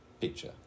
picture